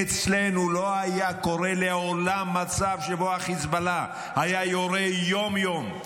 אצלנו לא היה קורה לעולם מצב שבו החיזבאללה היה יורה יום-יום,